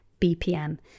BPM